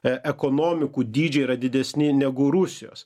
ekonomikų dydžiai yra didesni negu rusijos